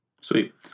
Sweet